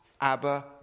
Abba